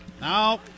Now